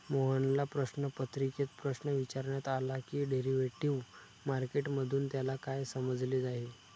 मोहनला प्रश्नपत्रिकेत प्रश्न विचारण्यात आला की डेरिव्हेटिव्ह मार्केट मधून त्याला काय समजले आहे?